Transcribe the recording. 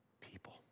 people